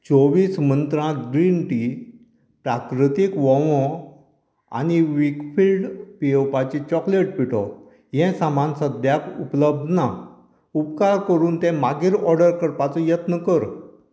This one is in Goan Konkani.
चोवीस मंत्रा ग्रीन टी प्राकृतीक वोंवो आनी वीकफिल्ड पियेवपाची चॉकलेट पिठो हें सामान सद्याक उपलब्ध ना उपकार करून तें मागीर ऑडर करपाचो यत्न कर